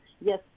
yes